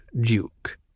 Duke